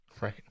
Right